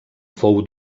fou